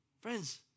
Friends